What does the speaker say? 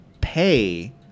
pay